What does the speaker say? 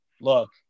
look